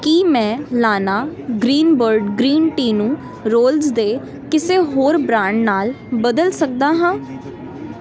ਕੀ ਮੈਂ ਲਾਨਾ green bird green tea ਨੂੰ ਰੋਲਜ਼ ਦੇ ਕਿਸੇ ਹੋਰ ਬ੍ਰਾਂਡ ਨਾਲ ਬਦਲ ਸਕਦਾ ਹਾਂ